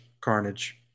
Carnage